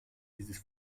dieses